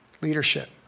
leadership